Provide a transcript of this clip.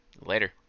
Later